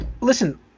Listen